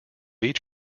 each